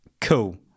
Cool